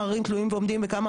שלא התקבלו,